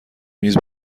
میز